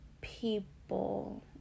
people